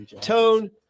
tone